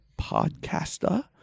Podcaster